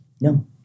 no